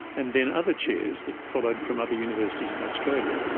and then other chairs that followed from other universities in australia.